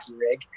rig